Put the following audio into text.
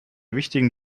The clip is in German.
wichtigen